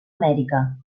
amèrica